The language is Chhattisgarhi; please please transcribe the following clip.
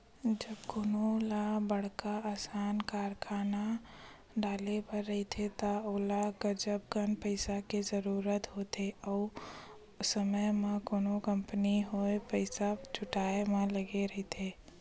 जब कोनो ल बड़का असन कारखाना डाले बर रहिथे त ओला गजब कन पइसा के जरूरत होथे, ओ समे म कोनो कंपनी होय पइसा जुटाय म लगे रहिथे